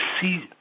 see